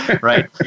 right